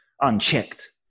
unchecked